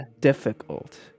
difficult